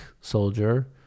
soldier